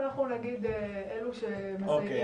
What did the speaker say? אנחנו נגיד אלו שמסייעים.